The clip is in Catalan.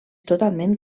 totalment